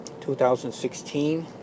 2016